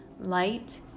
Light